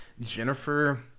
jennifer